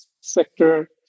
sector